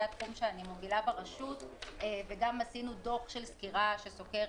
התחום שאותו אני מובילה ברשות וגם עשינו דו"ח שסוקר